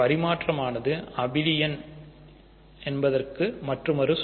பரிமாற்றமானது ஆபேலியனுக்கு மற்றொரு சொல்